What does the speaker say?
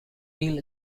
real